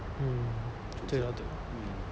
mm 对 lor 对